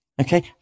Okay